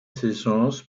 saisons